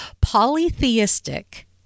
polytheistic